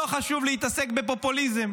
לא חשוב להתעסק בפופוליזם,